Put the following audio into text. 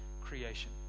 creation